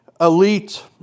elite